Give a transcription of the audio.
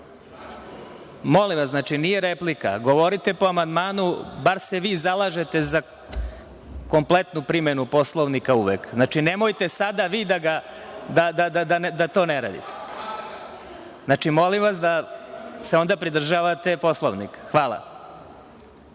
molim vas, nije replika, govorite po amandmanu, bar se vi zalažete za kompletnu primenu Poslovnika uvek. Znači, nemojte da to ne radite. Znači, molim vas da se pridržavate Poslovnika. Hvala